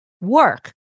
work